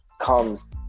comes